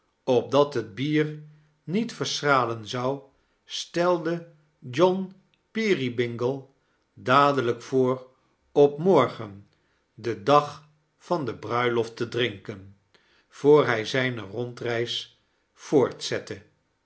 opdat het bier niet verschalen zou stelde john peerybingle dadelijk voor op morgen den dag van de bruiloft te drinken voor hij zijne rondreis voortzette